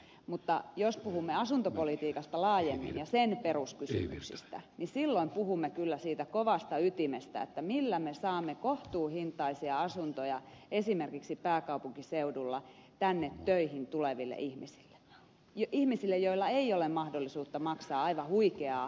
mutta jos puhumme asuntopolitiikasta laajemmin ja sen peruskysymyksistä niin silloin puhumme kyllä siitä kovasta ytimestä millä me saamme kohtuuhintaisia asuntoja esimerkiksi pääkaupunkiseudulla tänne töihin tuleville ihmisille ihmisille joilla ei ole mahdollisuutta maksaa aivan huikeaa kuukausivuokraa